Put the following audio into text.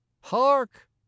Hark